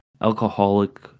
alcoholic